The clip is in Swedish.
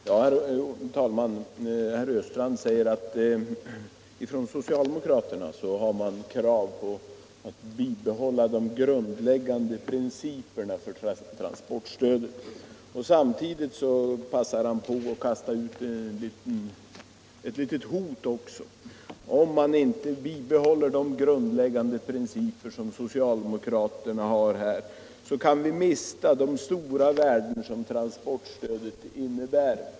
Herr talman! Herr Östrand säger att socialdemokraterna kräver ett bibehållande av de grundläggande principerna för transportstödet. Samtidigt passar han på att komma med ett litet hot: Om de grundläggande principerna inte bibehålls kan vi mista det stora värde som transportstödet innebär.